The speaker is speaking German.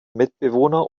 mitbewohner